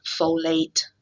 folate